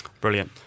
Brilliant